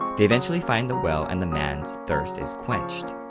they eventually find a well and the man's thirst is quenched.